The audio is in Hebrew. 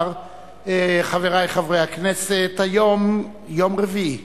חברי חברי הכנסת, היום יום רביעי,